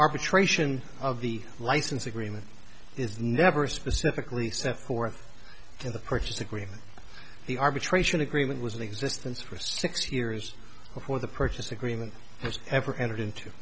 arbitration of the license agreement is never specifically set forth in the purchase agreement the arbitration agreement was an existence for six years before the purchase agreement has ever entered into